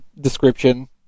description